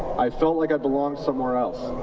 i felt like i belonged somewhere else.